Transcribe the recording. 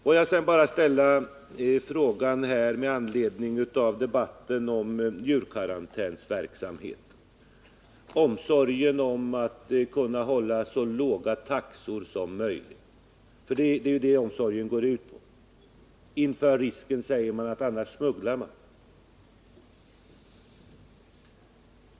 Jag vill sedan bara ställa en fråga med anledning av debatten om djurkarantänsverksamheten. Det gäller omsorgen om att kunna hålla så låga taxor som möjligt — det är ju det omsorgen går ut på, sägs det - inför risken att man annars smugglar.